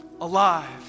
alive